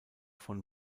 von